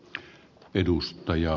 arvoisa puhemies